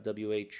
WH-